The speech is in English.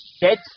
dead